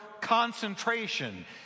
concentration